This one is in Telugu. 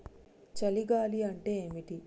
చలి గాలి అంటే ఏమిటి?